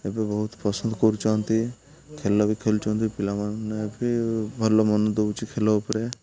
ଏବେ ବହୁତ ପସନ୍ଦ କରୁଛନ୍ତି ଖେଳ ବି ଖେଳୁଛନ୍ତି ପିଲାମାନେ ବି ଭଲ ମନ ଦେଉଛି ଖେଳ ଉପରେ